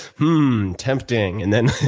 hmm tempting and then